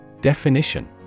Definition